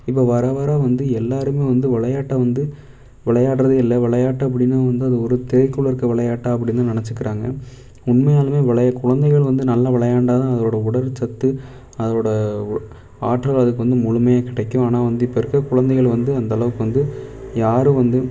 இப்போ வர வர வந்து எல்லோரும் வந்து விளையாட்டை வந்து விளையாடுறதே இல்லை விளையாட்டு அப்படின்னா வந்து அது தேக்குள்ளே இருக்கற விளையாட்டாக அப்படி தான் நினைச்சிக்கிறாங்க உண்மையாலும் விளை குழந்தைகள் வந்து நல்லா விளையாண்டால் தான் அதோடய உடல் சத்து அதோடய ஆற்றல் அதுக்கு வந்து முழுமையாக கிடைக்கும் ஆனால் வந்து இப்போ இருக்கற குழந்தைகள் வந்து அந்தளவுக்கு வந்து யாரும் வந்து